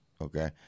okay